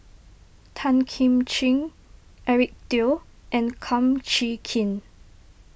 Tan Kim Ching Eric Teo and Kum Chee Kin